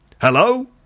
hello